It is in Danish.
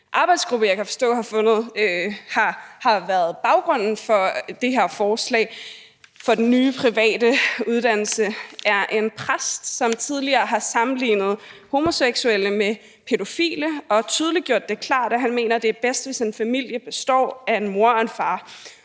kan forstå har været baggrunden for det her forslag til den nye private uddannelse, er en præst, som tidligere har sammenlignet homoseksuelle med pædofile og tydeligt gjort det klart, at han mener, det er bedst, hvis en familie består af en mor og en far.